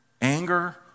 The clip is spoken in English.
anger